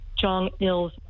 Jong-il's